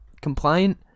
compliant